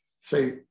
say